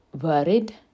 worried